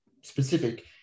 specific